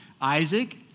Isaac